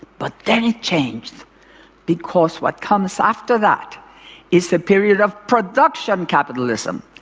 but then it changed because what comes after that is the period of production capitalism,